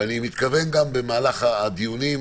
ואני מתכוון גם במהלך הדיונים